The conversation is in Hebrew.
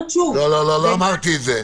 לא, לא אמרתי את זה,